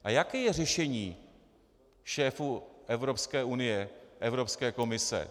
A jaké je řešení šéfů Evropské unie, Evropské komise?